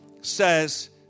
says